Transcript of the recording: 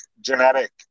genetic